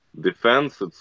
defense